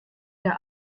der